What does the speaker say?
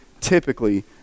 typically